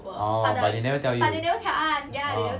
orh but they never tell you orh